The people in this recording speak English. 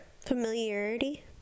Familiarity